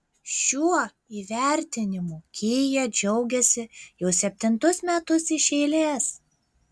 šiuo įvertinimu kia džiaugiasi jau septintus metus iš eilės